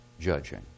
judging